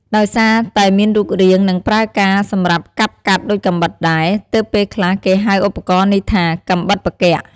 ដោយសារតែមានរូបរាង និងប្រើការសម្រាប់កាប់កាត់ដូចកាំបិតដែរ ទើបពេលខ្លះគេហៅឧបករណ៍នេះថា "កាំបិតផ្គាក់" ។